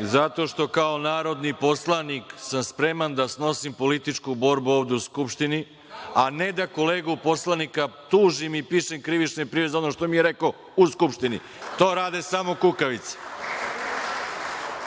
zato što kao narodni poslanik sam spreman da snosim političku borbu ovde u Skupštini, a ne da kolegu poslanika tužim i pišem krivične prijave za ono što mi jer rekao u Skupštini. To rade samo kukavice. Kad